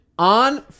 On